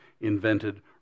invented